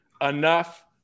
enough